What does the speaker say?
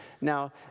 Now